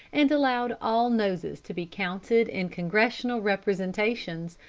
and allows all noses to be counted in congressional representations,